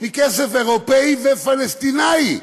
הוא מכסף אירופי ופלסטיני.